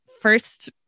first